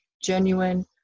Genuine